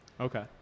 Okay